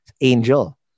angel